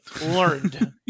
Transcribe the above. learned